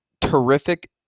terrific